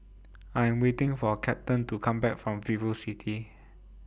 I Am waiting For Captain to Come Back from Vivocity